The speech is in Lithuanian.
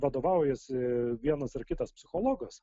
vadovaujasi vienas ar kitas psichologas